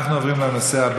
בנושא: